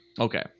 Okay